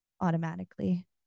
automatically